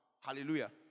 Hallelujah